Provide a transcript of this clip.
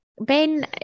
Ben